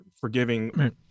forgiving